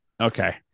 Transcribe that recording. Okay